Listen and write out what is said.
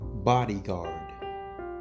bodyguard